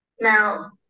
Now